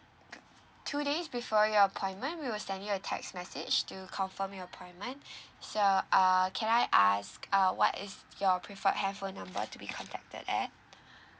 two days before your appointment we will send you a text message to confirm your appointment so err can I ask uh what is your preferred handphone number to be contacted at